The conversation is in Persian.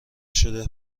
شده